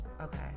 Okay